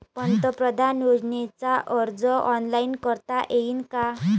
पंतप्रधान योजनेचा अर्ज ऑनलाईन करता येईन का?